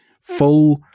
full